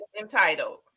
entitled